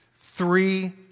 three